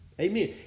Amen